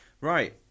Right